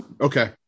Okay